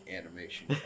animation